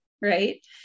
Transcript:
Right